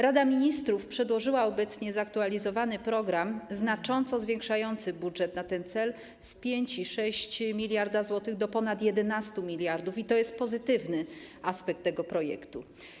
Rada Ministrów przedłożyła obecnie zaktualizowany program znacząco zwiększający budżet na ten cel z 5,6 mld zł do ponad 11 mld zł i to jest pozytywny aspekt tego projektu.